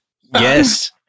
Yes